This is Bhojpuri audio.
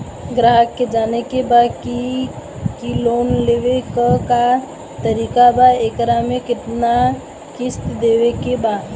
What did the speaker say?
ग्राहक के जाने के बा की की लोन लेवे क का तरीका बा एकरा में कितना किस्त देवे के बा?